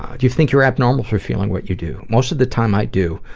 do you think you're abnormal for feeling what you do? most of the time i do,